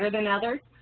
than others?